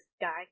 guy